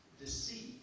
deceit